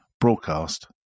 Broadcast